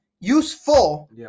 useful